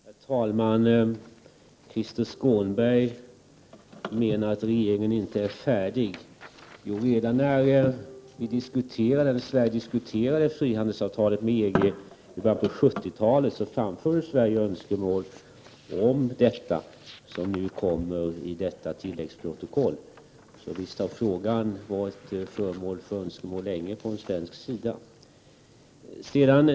Herr talman! Krister Skånberg menar att regeringen inte är färdig. Redan när vi diskuterade frihandelsavtalet med EG i början av 1970-talet framförde Sverige önskemål om det som nu tas upp i detta tilläggsprotokoll. Detta önskemål har alltså funnits länge på svensk sida.